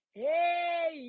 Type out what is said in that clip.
hey